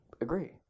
agree